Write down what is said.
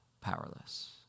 Powerless